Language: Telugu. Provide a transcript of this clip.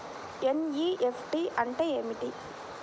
ఎన్.ఈ.ఎఫ్.టీ అంటే ఏమిటీ?